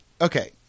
Okay